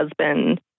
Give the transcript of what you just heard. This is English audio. husband